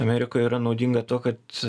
amerikoj yra naudinga tuo kad